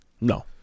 No